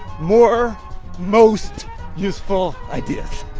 more most useful ideas